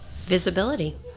Visibility